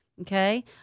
okay